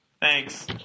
Thanks